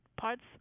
parts